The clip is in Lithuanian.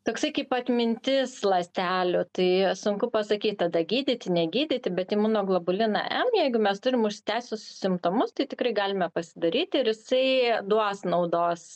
toksai kaip atmintis ląstelių tai sunku pasakyt tada gydyti negydyti bet imunoglobuliną m jeigu mes turim užsitęsusius simptomus tai tikrai galime pasidaryt ir jisai duos naudos